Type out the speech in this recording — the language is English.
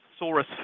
saurus